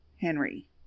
Henry